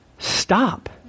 Stop